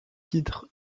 titre